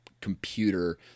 computer